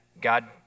God